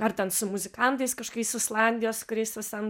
ar ten su muzikantais kažkokiais islandijos kuris visam